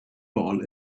ball